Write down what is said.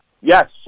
Yes